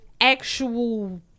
actual